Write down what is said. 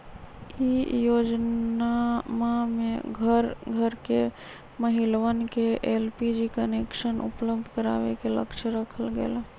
ई योजनमा में घर घर के महिलवन के एलपीजी कनेक्शन उपलब्ध करावे के लक्ष्य रखल गैले